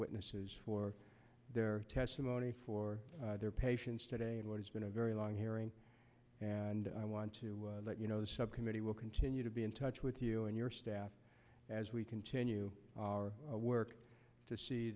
witnesses for their testimony for their patience today and what has been a very long hearing and i want to let you know the subcommittee will continue to be in touch with you and your staff as we continue our work to see